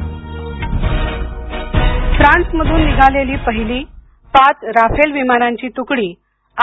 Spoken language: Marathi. राफेल फ्रांसमधून निघालेली पहिली पाच राफेल विमानांची तुकडी